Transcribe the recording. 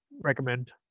recommend